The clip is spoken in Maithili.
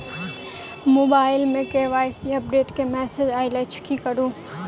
मोबाइल मे के.वाई.सी अपडेट केँ मैसेज आइल अछि की करू?